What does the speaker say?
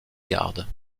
garde